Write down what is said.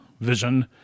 vision